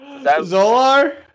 Zolar